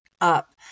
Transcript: up